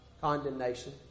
Condemnation